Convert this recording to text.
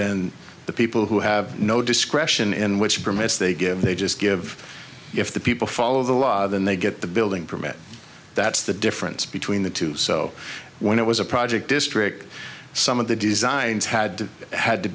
then the people who have no discretion in which permits they give they just give if the people follow the law then they get the building permit that's the difference between the two so when it was a project district some of the designs had had to